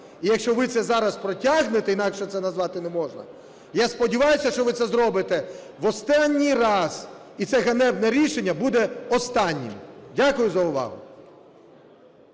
і якщо ви це зараз протягнете, інакше це назвати не можна, я сподіваюся, що ви це зробите в останній раз, і це ганебне рішення буде останнім. Дякую за увагу.